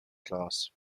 class